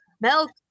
milk